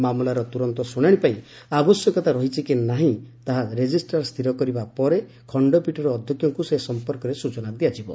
ମାମଲାର ତୁରନ୍ତ ଶୁଣାଣି ପାଇଁ ଆବଶ୍ୟକତା ରହିଛି କି ନାହିଁ ତାହା ରେଜିଷ୍ଟ୍ରାର ସ୍ଥିର କରିବା ପରେ ଖଶ୍ଚପୀଠର ଅଧ୍ୟକ୍ଷଙ୍କୁ ସେ ସମ୍ପର୍କରେ ସଚନା ଦିଆଯିବ